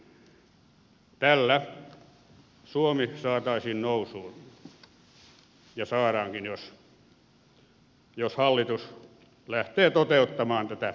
tällä suomi saataisiin nousuun ja saadaankin jos hallitus lähtee toteuttamaan tätä esitystä